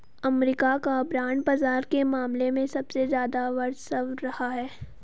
अमरीका का बांड बाजार के मामले में सबसे ज्यादा वर्चस्व रहा है